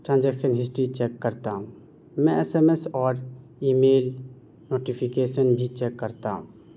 transaction history check کرتا ہوں میں ایس ایم ایس اور ای میل نوٹیفیکیسن بھی چیک کرتا ہوں